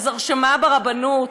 אז הרשמה ברבנות,